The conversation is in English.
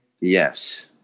Yes